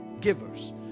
givers